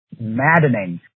maddening